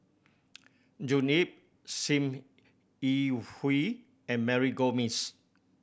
June Yap Sim Yi Hui and Mary Gomes